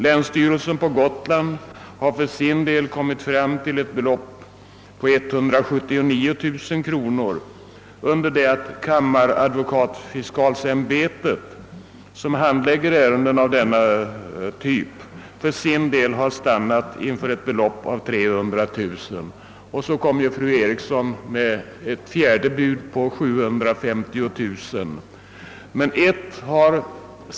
Länsstyrelsen i Gotlands län har för sin del kommit fram till ett belopp av 179 000 kronor, under det att kammaradvokatfiskalsämbetet, som handlägger ärenden av denna typ, har stannat för ett belopp av 300 000 kronor. Sedan kommer nu fru Eriksson med ett fjärde bud på 750 000 kronor.